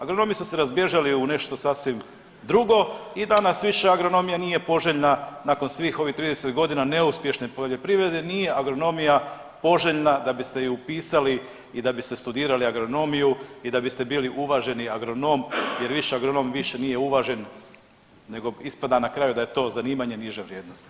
Agronomi su se razbježali u nešto sasvim drugo i danas više agronomija nije poželjna nakon svih ovih 30 godina neuspješne poljoprivredne nije agronomija poželjna da biste je upisali i da biste studirali agronomiju i da biste bili uvaženi agronom jer više agronom više nije uvažen nego ispada na kraju da to zanimanje niže vrijednosti.